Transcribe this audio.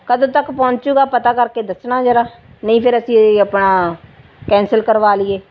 ਕਦੋਂ ਤੱਕ ਪਹੁੰਚੇਗਾ ਪਤਾ ਕਰਕੇ ਦੱਸਣਾ ਜ਼ਰਾ ਨਹੀਂ ਫਿਰ ਅਸੀਂ ਆਪਣਾ ਕੈਂਸਲ ਕਰਵਾ ਲਈਏ